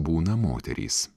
būna moterys